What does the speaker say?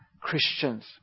Christians